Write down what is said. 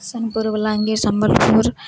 Sonepur Balangir Sambalpur